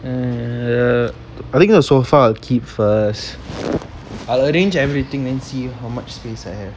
uh I think uh sofa I will keep first I arrange everything then see how much space I have